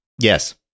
Yes